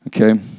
Okay